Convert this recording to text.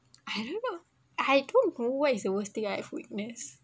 I don't know I don't recall what is the worst thing I've witness